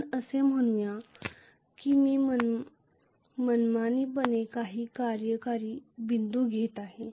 आपण असे म्हणूया की मी मनमानीपणे काही कार्यकारी बिंदू घेत आहे